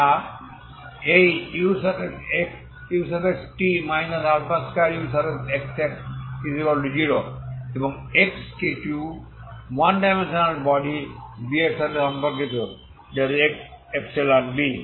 যে এই ut 2uxx0 এবং x কিছু ওয়ান ডাইমেনশনাল বডি B এর সাথে সম্পর্কিত যে x∈B